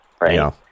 right